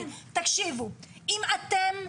תקשיבו אם אתם,